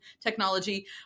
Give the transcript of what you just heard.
technology